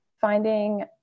finding